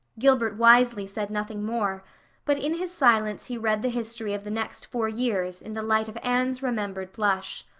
gilbert wisely said nothing more but in his silence he read the history of the next four years in the light of anne's remembered blush.